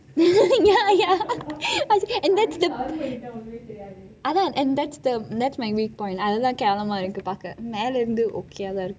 ya ya as in அதான் and that's the that's my weak point அதான் கேவளமாக இருக்க பார்க்க மேலேயிலிருந்து:athaan kevalamaka irukka paarka meleiyilirunthu okay ஆக தான் இருக்கு:aaka thaan irukku